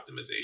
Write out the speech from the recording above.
optimization